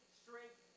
strength